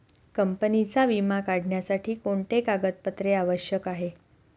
कंपनीचा विमा काढण्यासाठी कोणते कागदपत्रे आवश्यक आहे?